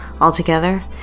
Altogether